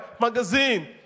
magazine